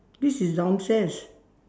this is downstairs